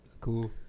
Cool